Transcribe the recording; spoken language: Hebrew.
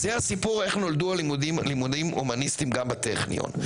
זה הסיפור איך נולדו לימודים הומניסטיים גם בטכניון.